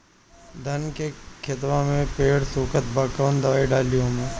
धान के खेतवा मे पेड़ सुखत बा कवन दवाई डाली ओमे?